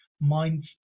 mind